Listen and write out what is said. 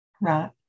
Right